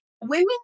women